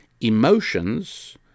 Emotions